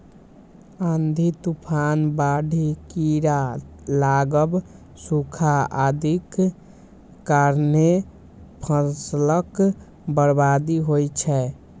आंधी, तूफान, बाढ़ि, कीड़ा लागब, सूखा आदिक कारणें फसलक बर्बादी होइ छै